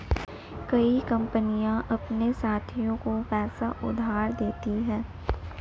कई कंपनियां अपने साथियों को पैसा उधार देती हैं